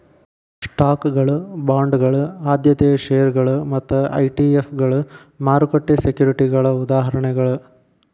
ಸ್ಟಾಕ್ಗಳ ಬಾಂಡ್ಗಳ ಆದ್ಯತೆಯ ಷೇರುಗಳ ಮತ್ತ ಇ.ಟಿ.ಎಫ್ಗಳ ಮಾರುಕಟ್ಟೆ ಸೆಕ್ಯುರಿಟಿಗಳ ಉದಾಹರಣೆಗಳ